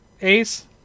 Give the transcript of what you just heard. Ace